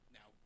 Now